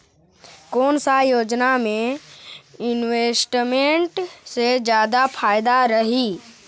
कोन सा योजना मे इन्वेस्टमेंट से जादा फायदा रही?